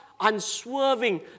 unswerving